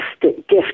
gift